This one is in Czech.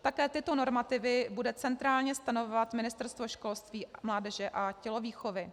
Také tyto normativy bude centrálně stanovovat Ministerstvo školství, mládeže a tělovýchovy.